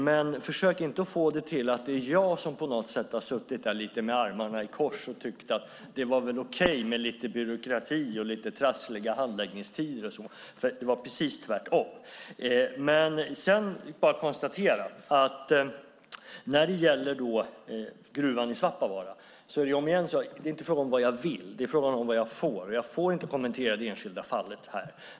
Men försök inte få det till att det är jag som på något sätt har suttit med armarna i kors och tyckt att det var okej med lite byråkrati och lite trassliga handläggningstider och så vidare. Det var precis tvärtom. Jag konstaterar att när det gäller gruvan i Svappavaara är det inte fråga om vad jag vill utan vad jag får göra, och jag får inte kommentera det enskilda fallet här.